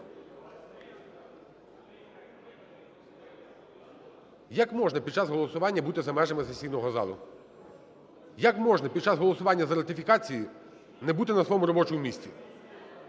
Як можна під час голосування бути за межами сесійного залу?! Як можна під час голосування за ратифікації не бути на своєму робочу місці?